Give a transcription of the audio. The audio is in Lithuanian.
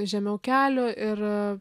žemiau kelių ir